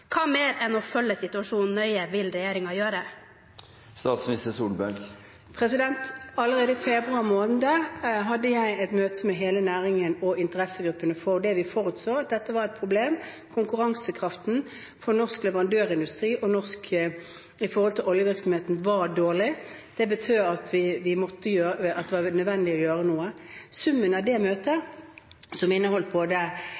Hva mer enn å følge situasjonen nøye vil regjeringen gjøre? Allerede i februar måned hadde jeg et møte med hele næringen og interessegruppene fordi vi forutså at dette var et problem. Konkurransekraften for norsk leverandørindustri i forhold til oljevirksomheten var dårlig. Det betød at det var nødvendig å gjøre noe. Summen av det møtet, med både oljeselskapene og leverandørindustrien, var at det var behov for å gjøre noe